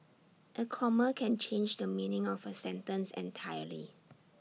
A comma can change the meaning of A sentence entirely